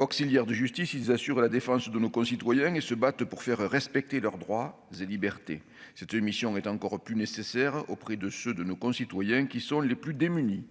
Auxiliaires de justice, ils assurent la défense de nos concitoyens et se battent pour faire respecter leurs droits et libertés. Cette mission est encore plus nécessaire auprès de ceux de nos concitoyens qui sont les plus démunis.